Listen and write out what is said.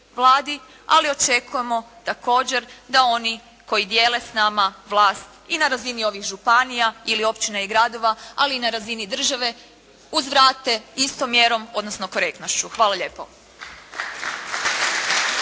Ali očekujemo također da oni koji dijele s nama vlast i na razini ovih županija ili općina i gradova ali i na razini države uzvrate istom mjerom odnosno korektnošću. Hvala lijepo.